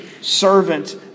servant